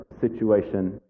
situation